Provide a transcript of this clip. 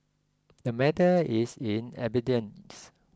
the matter is in abeyance